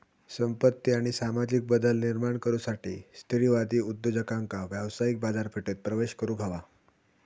संपत्ती आणि सामाजिक बदल निर्माण करुसाठी स्त्रीवादी उद्योजकांका व्यावसायिक बाजारपेठेत प्रवेश करुक हवा